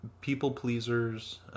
people-pleasers